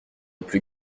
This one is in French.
plus